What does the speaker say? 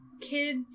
kid